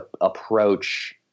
approach